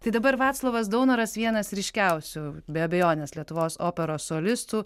tai dabar vaclovas daunoras vienas ryškiausių be abejonės lietuvos operos solistų